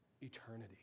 Eternity